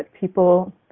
people